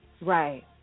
Right